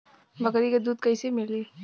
बकरी क दूध कईसे मिली?